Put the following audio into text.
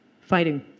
fighting